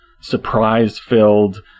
surprise-filled